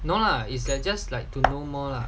no lah is just like to know more lah